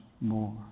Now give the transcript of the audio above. more